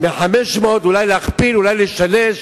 להעלות מ-500, אולי להכפיל, אולי לשלש,